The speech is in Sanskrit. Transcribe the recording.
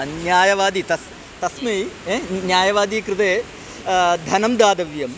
न्यायवादी तस् तस्मै न्यायवादिनः कृते धनं दातव्यम्